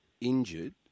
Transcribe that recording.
injured